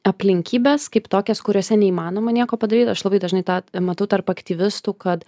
aplinkybes kaip tokias kuriose neįmanoma nieko padaryt aš labai dažnai tą matau tarp aktyvistų kad